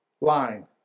line